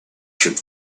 should